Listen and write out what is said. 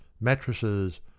mattresses